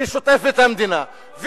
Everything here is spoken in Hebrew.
ששוטף את המדינה,